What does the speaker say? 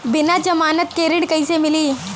बिना जमानत के ऋण कईसे मिली?